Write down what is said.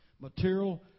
material